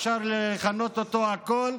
אפשר לכנות אותו הכול,